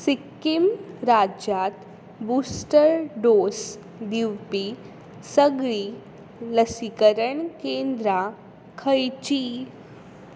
सिक्किम राज्यांत booster dose दिवपी सगळीं लसीकरण केंद्रां खंयचीं